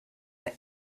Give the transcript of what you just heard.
for